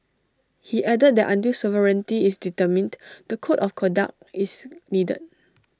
he added that until sovereignty is determined the code of conduct is needed